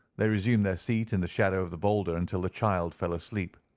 they resumed their seat in the shadow of the boulder until the child fell asleep,